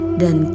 dan